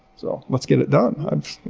so let's get it done.